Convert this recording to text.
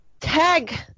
tag